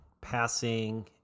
passing